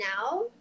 now